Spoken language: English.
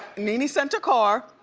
nene sent a car,